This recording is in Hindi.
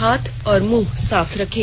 हाथ और मुंह साफ रखें